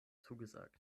zugesagt